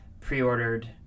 pre-ordered